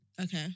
Okay